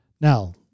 Now